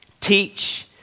teach